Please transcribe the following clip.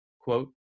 quote